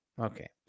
Okay